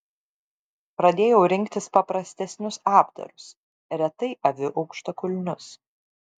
pradėjau rinktis paprastesnius apdarus retai aviu aukštakulnius